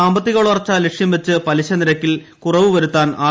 സാമ്പത്തിക വളർച്ച ലക്ഷ്യം വച്ച് പലിശ നിരക്കിൽ കുറവ് വരുത്താൻ ആർ